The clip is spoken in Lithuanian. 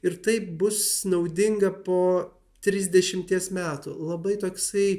ir tai bus naudinga po trisdešimties metų labai toksai